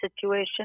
situation